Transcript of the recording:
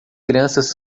crianças